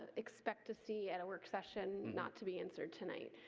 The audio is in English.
ah expect to see at a work session, not to be answered tonight.